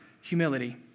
Humility